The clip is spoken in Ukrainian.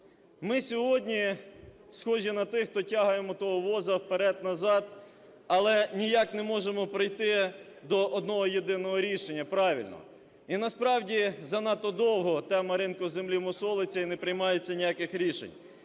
Ми сьогодні схожі на тих, хто тягаємо того воза вперед-назад, але ніяк не можемо прийти до одного єдиного рішення – правильного. І насправді занадто довго тема ринку землі мусолиться і не приймається ніяких рішень.